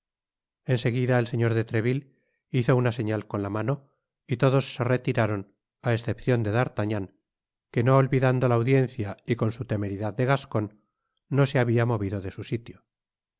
en seguida el señor de treville hizo una señal con la mano y todos se retiraron á escepcion de d artagnan que no olvidando la audiencia y con su temeridad de gascon no se habia movido de su sitio